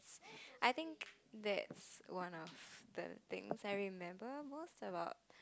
I think that's one of the things I remember most about